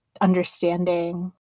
understanding